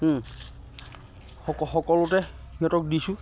স সকলোতে সিহঁতক দিছোঁ